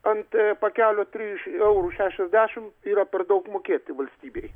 ant pakelio trys eurų šešasdešimt yra per daug mokėti valstybei